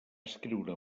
escriure